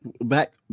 back